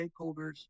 stakeholders